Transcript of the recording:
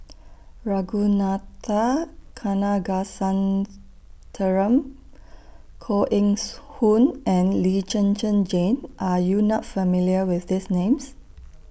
Ragunathar Kanagasuntheram Koh Eng Hoon and Lee Zhen Zhen Jane Are YOU not familiar with These Names